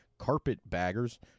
Carpetbaggers